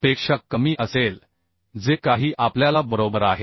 पेक्षा कमी असेल जे काही आपल्याला बरोबर आहे